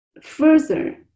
further